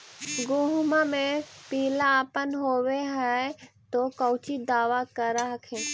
गोहुमा मे पिला अपन होबै ह तो कौची दबा कर हखिन?